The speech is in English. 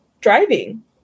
driving